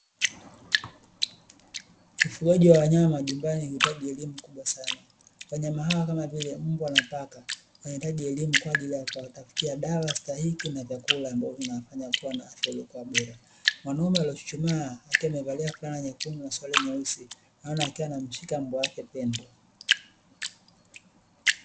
Ufugaji wa wanyama majumbani huitaji elimu kubwa sana, wanyama hao kama vile:mbwa na paka inahitaji elimu kwa ajili ya kuwatafutia dawa stahiki na chakula nd kinawafanya kuwa na afya bora, mwanaume aliyechuchumaa aliyevalia flana nyekundu na suruali nyeusi naona akiwa anamshika mbwa wake pembo.